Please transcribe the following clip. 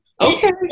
Okay